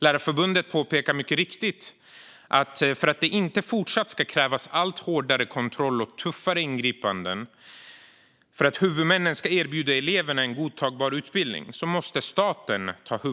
Lärarförbundet påpekar mycket riktigt att staten måste ta huvudansvaret för likvärdighet, resurser och kvalitet för att det inte fortsättningsvis ska krävas allt hårdare kontroll och tuffare ingripanden samt för att huvudmännen ska erbjuda eleverna en godtagbar utbildning.